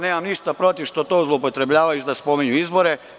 Nemam ništa protiv što to zloupotrebljavaju, što spominju izbore.